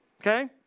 Okay